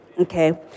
okay